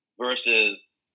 Versus